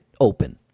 open